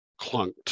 clunked